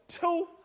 two